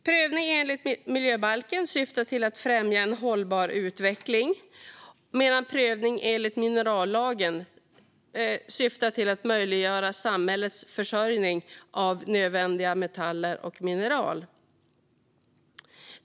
Prövningen enligt miljöbalken syftar till att främja en hållbar utveckling, medan prövningen enligt minerallagen syftar till att möjliggöra samhällets försörjning av nödvändiga metaller och mineral.